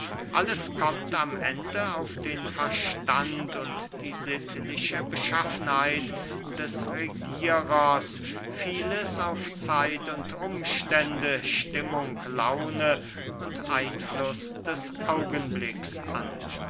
alles kommt am ende auf den verstand und die sittliche beschaffenheit des regierers vieles auf zeit und umstände stimmung laune und einfluß des augenblicks an